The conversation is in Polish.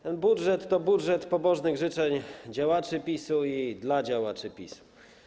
Ten budżet to budżet pobożnych życzeń działaczy PiS i dla działaczy PiS.